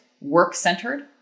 work-centered